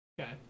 Okay